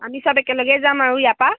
আমি চব একেলগে যাম আৰু ইয়াৰ পৰা